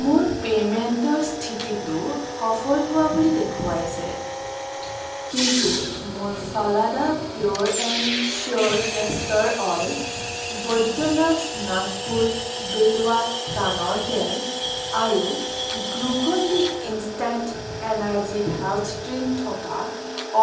মোৰ পে'মেণ্টৰ স্থিতিটো সফল হোৱা বুলি দেখুৱাইছে কিন্তু মোৰ Falada pure and sure castor oil Baidyanath Nagpur Bilwa কাণৰ তেল আৰু Glucon D instant energy health drink থকা